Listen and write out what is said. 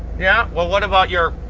yeah, well what about your